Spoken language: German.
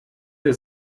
der